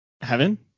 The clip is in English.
heaven